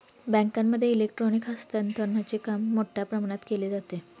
बँकांमध्ये इलेक्ट्रॉनिक हस्तांतरणचे काम मोठ्या प्रमाणात केले जाते